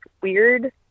weird